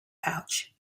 pouch